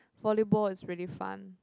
volleyball is pretty fun